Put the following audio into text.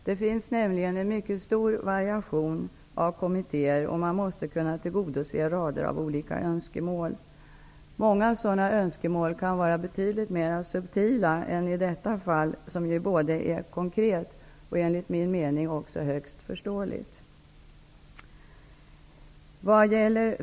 Det finns nämligen en mycket stor variation bland kommittéerna, och rader av olika önskemål måste kunna tillgodoses. Många sådana önskemål kan vara betydligt mer subtila än i detta fall, som ju är både konkret och högst förståeligt.